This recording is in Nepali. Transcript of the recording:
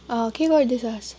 के गर्दैछस्